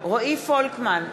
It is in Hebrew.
רועי פולקמן,